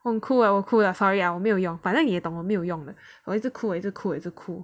我哭了哭了 sorry ah 我没有用反正你也懂没有用的我一直哭一直哭一直哭